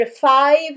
five